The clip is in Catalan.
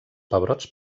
pebrots